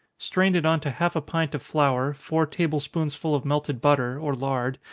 strain it on to half a pint of flour, four table-spoonsful of melted butter, or lard,